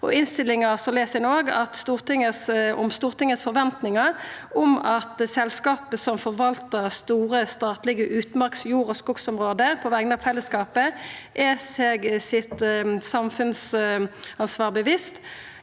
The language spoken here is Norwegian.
les ein òg om Stortingets for ventingar om at selskapet, som forvaltar store statlege utmarks-, jord- og skogområde på vegner av fellesskapen, er seg sitt samfunnsansvar bevisst,